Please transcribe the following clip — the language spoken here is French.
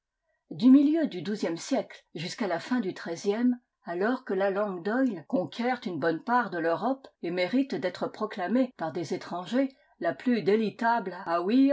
du milieu du douzième siècle jusqu'à la fin du treizième alors que la langue d'oïl conquiert une bonne part de l'europe et mérite d'être proclamée par des étrangers la plus délitable à ouïr